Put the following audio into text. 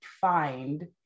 find